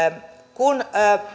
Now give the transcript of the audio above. kun